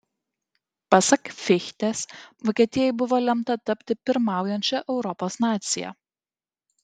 pasak fichtės vokietijai buvo lemta tapti pirmaujančia europos nacija